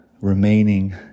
remaining